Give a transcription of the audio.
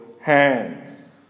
hands